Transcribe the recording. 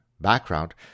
background